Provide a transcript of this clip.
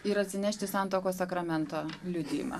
ir atsinešti santuokos sakramento liudijimą